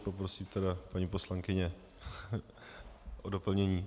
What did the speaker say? Poprosím paní poslankyni o doplnění.